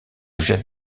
jette